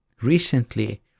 recently